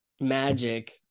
magic